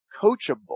coachable